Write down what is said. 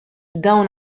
dawn